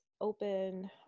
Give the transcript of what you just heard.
open